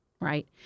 right